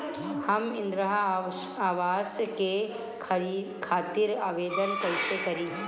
हम इंद्रा अवास के खातिर आवेदन कइसे करी?